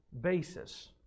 basis